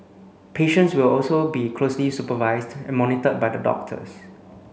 patients will also be closely supervised and monitored by the doctors